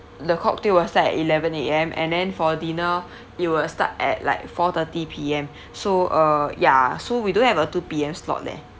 the cocktail will start at eleven A_M and then for dinner it will start at like four thirty P_M so uh ya so we don't have a two P_M slot leh